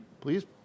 Please